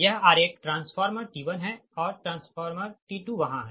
यह आरेख transformer T1 है और ट्रांसफार्मर T2 वहाँ है